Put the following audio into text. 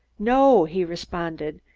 no, he responded,